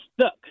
stuck